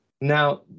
Now